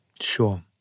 Sure